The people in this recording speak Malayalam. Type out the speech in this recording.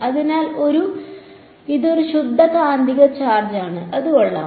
അതിനാൽ ഇതും ഒരു ശുദ്ധ കാന്തിക ചാർജ് ആണ് അത് കൊള്ളാം